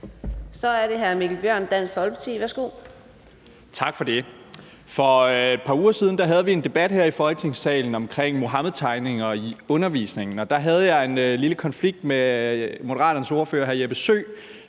Så er det hr. Mikkel Bjørn, Dansk Folkeparti. Værsgo. Kl. 13:03 Mikkel Bjørn (DF): Tak for det. For et par uger siden havde vi en debat her i Folketingssalen omkring Muhammedtegninger i undervisningen, og der havde jeg en lille konflikt med Moderaternes ordfører hr. Jeppe Søe,